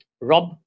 Rob